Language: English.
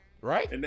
right